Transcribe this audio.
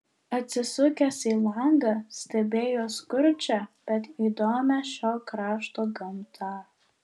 atsisukęs į langą stebėjo skurdžią bet įdomią šio krašto gamtą